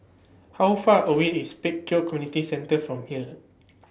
How Far away IS Pek Kio Community Centre from here